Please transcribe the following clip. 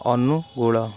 Angul